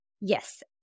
Yes